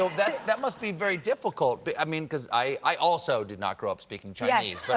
ah that must be very difficult but i mean because i also did not grow up speaking chinese. but